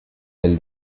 del